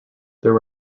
there